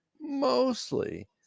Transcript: mostly